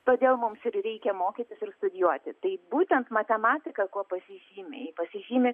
todėl mums ir reikia mokytis ir studijuoti tai būtent matematika kuo pasižymi pasižymi